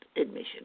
admission